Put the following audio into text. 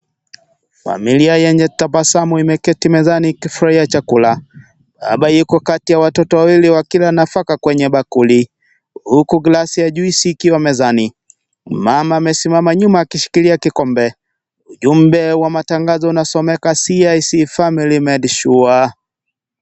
Familia yenye tabasamu imeketi mezani ikifurahia chakula. Hapa kati ya watoto wawili wakila nafaka kwenye bakuli huku glasi ya juisi zikiwa mezani. Mama amesimama nyuma akishikilia kikombe, ujumbe wa matangazo inasomeka " CIC Family Made Sure "